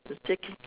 exactly